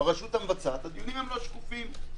ברשות המבצעת הדיונים לא שקופים.